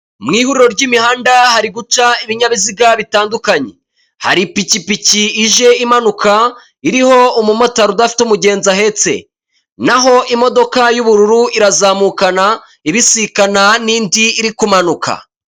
Mu ihuriro ry'imihanda hari guca ibinyabiziga bitandukanye; hari ipikipiki ije imanuka, iriho umumotari udafite umugenzi ahetse. Naho imodoka y'ubururu irazamukana, ibisikana n'indi iri kumanuka.